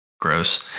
Gross